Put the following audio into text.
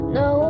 no